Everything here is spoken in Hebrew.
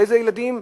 ואלה ילדים,